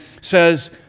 says